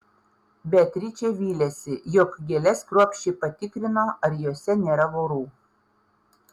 beatričė vylėsi jog gėles kruopščiai patikrino ar jose nėra vorų